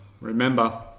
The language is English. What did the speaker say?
remember